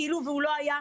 כאילו הוא לא היה.